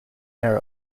air